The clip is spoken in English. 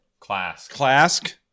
Clask